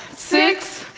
six,